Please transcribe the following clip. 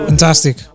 Fantastic